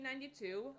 1992